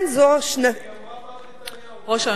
כן, זו, אה, היא אמרה "מר נתניהו".